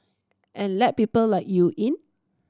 and let people like you in